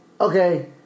okay